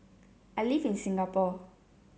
I live in Singapore